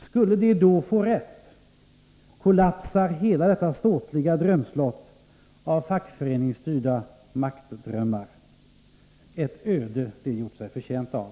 Skulle de då få rätt kollapsar hela detta ståtliga drömslott av fackföreningsstyrda maktdrömmar. Ett öde de gjort sig förtjänta av!